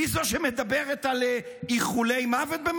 היא זו שמדברת על "איחולי מוות"?